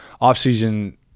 off-season